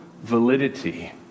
validity